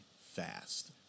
fast